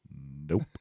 nope